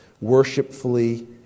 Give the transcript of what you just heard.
worshipfully